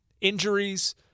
injuries